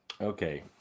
Okay